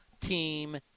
team